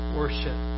worship